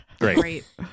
Great